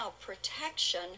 protection